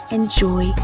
Enjoy